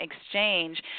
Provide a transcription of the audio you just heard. exchange